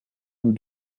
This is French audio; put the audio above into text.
nous